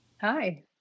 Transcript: Hi